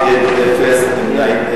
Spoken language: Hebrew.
ארבעה בעד, אין נגד, אין נמנעים.